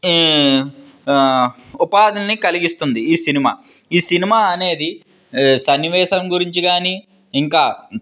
ఈ ఉపాధులని కలిగిస్తుంది ఈ సినిమా ఈ సినిమా అనేది సన్నివేశం గురించి కానీ ఇంకా